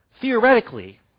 theoretically